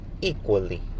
equally